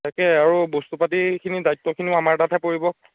তাকে আৰু বস্তুপাতিখিনি দায়িত্বখিনিও আমাৰ তাতহে পৰিব